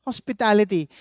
Hospitality